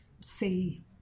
see